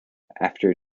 after